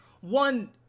One